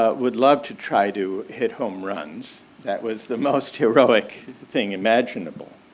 ah would love to try to hit home runs, that was the most heroic thing imaginable.